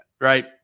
right